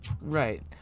Right